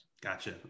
Gotcha